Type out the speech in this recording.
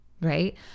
Right